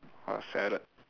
!wah! sadded